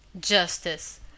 justice